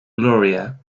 gloria